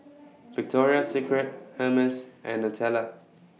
Victoria Secret Hermes and Nutella